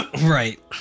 Right